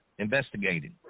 investigated